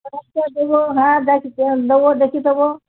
আচ্ছা দেবো হ্যাঁ দেখি তো দেবো দেখে দেবো